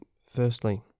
Firstly